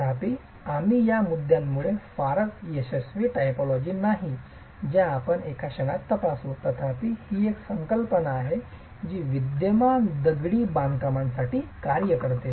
तथापि आम्ही त्या मुद्द्यांमुळे फारच यशस्वी टायपॉलॉजी नाही ज्या आपण एका क्षणात तपासू तथापि ही एक संकल्पना आहे जी विद्यमान दगडी बांधकामांसाठी कार्य करते